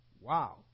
wow